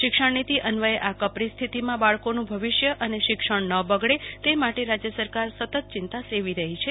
શિક્ષણનીતિ અન્વયે આ કપરી સ્થિતિમાં બાળકોનું ભવિષ્ય અને શિક્ષણ ના બગડે તે માટે રાજય સરકાર સતત ચિંતા સેવી રફી છે